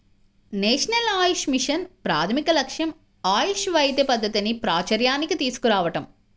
national AYUSH mission ప్రాథమిక లక్ష్యం ఆయుష్ వైద్య పద్ధతిని ప్రాచూర్యానికి తీసుకురావటం